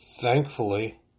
thankfully